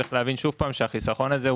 צריך להבין שהחיסכון הזה,